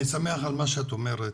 אני שמח על מה שאת אומרת.